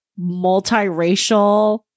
multiracial